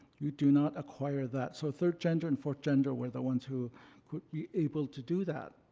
you do not acquire that. so third gender and fourth gender were the ones who could be able to do that.